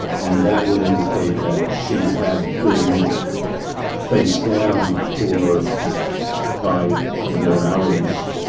and that would indicate that she had been face down for five or more hours